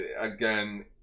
again